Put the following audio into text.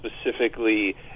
specifically